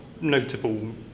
notable